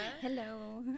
Hello